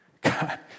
God